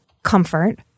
comfort